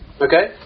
Okay